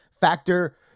Factor